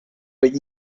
but